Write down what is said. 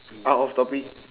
out of topic